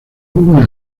una